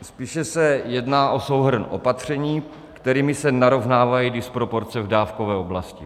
Spíše se jedná o souhrn opatření, kterými se narovnávají disproporce v dávkové oblasti.